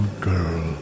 girl